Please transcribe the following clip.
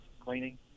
cleaning